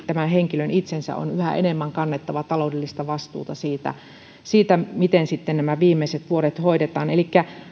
tämän henkilön itsensä on yhä enemmän kannettava taloudellista vastuuta siitä siitä miten sitten nämä viimeiset vuodet hoidetaan elikkä